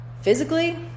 physically